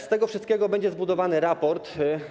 Z tego wszystkiego będzie zbudowany raport.